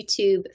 YouTube